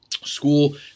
School